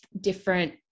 different